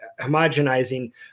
homogenizing